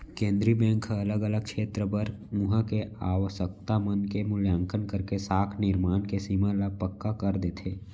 केंद्रीय बेंक ह अलग अलग छेत्र बर उहाँ के आवासकता मन के मुल्याकंन करके साख निरमान के सीमा ल पक्का कर देथे